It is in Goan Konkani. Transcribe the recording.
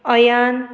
अयान